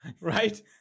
Right